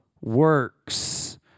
works